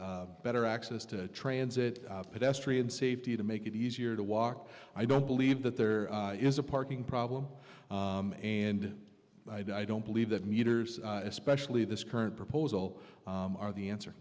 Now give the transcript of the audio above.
d better access to transit pedestrian safety to make it easier to walk i don't believe that there is a parking problem and i don't believe that meters especially this current proposal are the answer